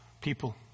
people